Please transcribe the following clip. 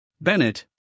Bennett